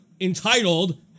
entitled